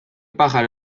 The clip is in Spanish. pájaro